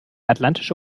atlantische